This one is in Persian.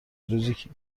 روزی